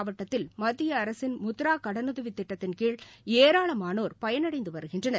மாவட்டத்தில் மத்தியஅரசின் முத்ராகடனுதவிதிட்டத்தின் கீழ் திருவாரூர் ஏராளமானோர் பயனடைந்துவருகின்றனர்